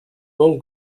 mon